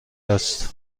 است